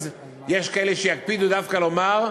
אז יש כאלה שיקפידו דווקא לומר: